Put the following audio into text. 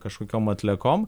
kažkokiom atliekom